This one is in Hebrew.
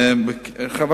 חבר